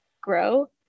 grow